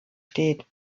steht